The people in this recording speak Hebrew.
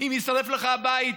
אם יישרף לך הבית,